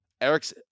Eric's